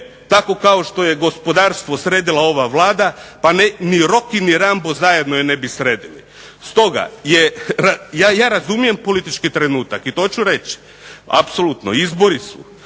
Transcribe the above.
tako kao što je gospodarstvo sredila ova Vlada pa ni Rocky ni Rambo zajedno je ne bi sredili. Stoga je, ja razumijem politički trenutak i to ću reći, apsolutno, izbori su.